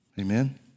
Amen